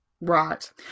right